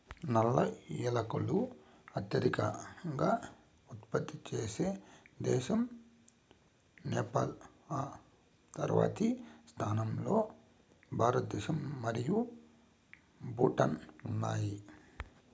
నల్ల ఏలకులు అత్యధికంగా ఉత్పత్తి చేసే దేశం నేపాల్, ఆ తర్వాతి స్థానాల్లో భారతదేశం మరియు భూటాన్ ఉన్నాయి